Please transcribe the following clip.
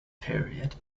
period